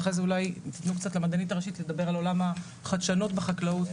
ואחרי זה אולי תתנו קצת למדענית הראשית שתדבר על עולם החדשנות בחקלאות,